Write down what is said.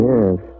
Yes